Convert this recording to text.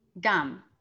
Gum